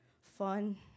fun